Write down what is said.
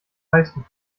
meisten